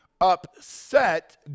upset